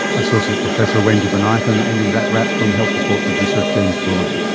associate professor wendy bonython ending that wrap from health report producer james bullen.